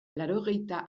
laurogeita